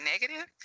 negative